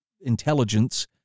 intelligence